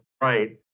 right